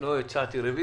לא הצעתי רוויזיה,